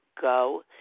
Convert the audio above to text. Go